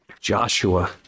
Joshua